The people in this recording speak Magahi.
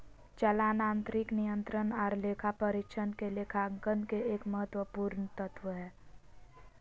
चालान आंतरिक नियंत्रण आर लेखा परीक्षक के लेखांकन के एक महत्वपूर्ण तत्व हय